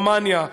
רומניה,